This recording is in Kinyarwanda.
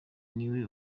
niwe